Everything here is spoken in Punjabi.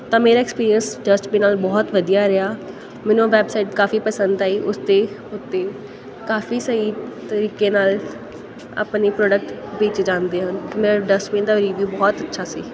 ਤਾਂ ਮੇਰਾ ਐਕਸਪੀਰੀਅੰਸ ਡਸਟਬਿਨ ਨਾਲ ਬਹੁਤ ਵਧੀਆ ਰਿਹਾ ਮੈਨੂੰ ਵੈਬਸਾਈਟ ਕਾਫੀ ਪਸੰਦ ਆਈ ਉਸ 'ਤੇ ਉੱਤੇ ਕਾਫੀ ਸਹੀ ਤਰੀਕੇ ਨਾਲ ਆਪਣੀ ਪ੍ਰੋਡਕਟ ਵੇਚੇ ਜਾਂਦੇ ਹਨ ਮੈਂ ਡਸਟਬਿਨ ਦਾ ਰੀਵਿਊ ਬਹੁਤ ਅੱਛਾ ਸੀ